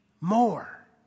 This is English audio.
more